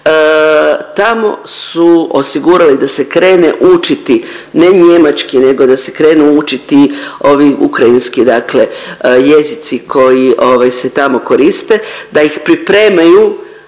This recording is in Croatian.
Tamo su osigurali da se krene učiti ne njemački nego da se krene učiti ovi ukrajinski dakle jezici koji ovaj se tamo koriste, da ih pripremaju